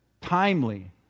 timely